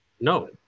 No